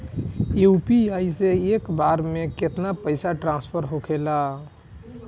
UPI से एक बार मे केतना पैसा ट्रस्फर होखे ला?